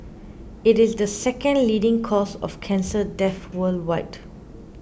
it is the second leading cause of cancer death worldwide